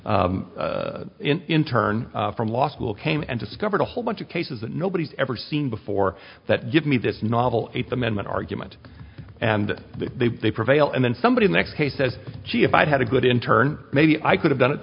in turn from law school came and discovered a whole bunch of cases that nobody's ever seen before that give me this novel eighth amendment argument and they prevailed and then somebody the next day says gee if i had a good in turn maybe i could have done it